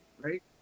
Right